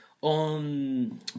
on